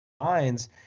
minds